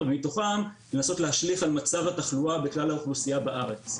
ומתוכם לנסות להשליך על מצב התחלואה בכלל האוכלוסייה בארץ.